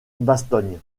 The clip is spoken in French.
bastogne